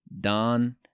Don